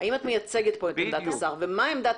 האם את מייצגת פה את עמדת השר ומה עמדת